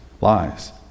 lies